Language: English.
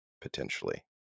potentially